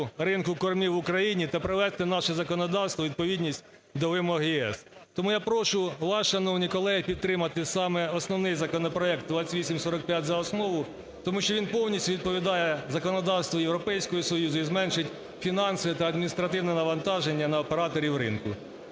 ринку кормів в Україні та привести наше законодавство у відповідність до вимог ЄС. Тому я прошу вас, шановні колеги, підтримати саме основний законопроект - 2845 - за основу, тому що він повністю відповідає законодавству Європейського Союзу і зменшить фінанси та адміністративне навантаження на операторів ринку.